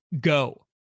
go